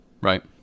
Right